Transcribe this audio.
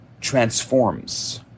transforms